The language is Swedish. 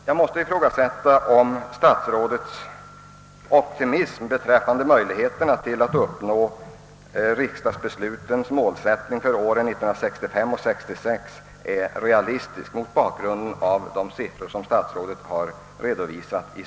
Jag måste ifrågasätta om statsrådets optimism beträffande möjligheterna att uppnå riksdagsbeslutens målsättning för åren 1965 och 1966 är befogad mot bakgrund av de siffror som statsrådet nu har redovisat.